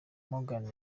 morgan